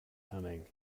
coming